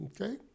Okay